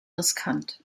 riskant